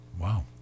Wow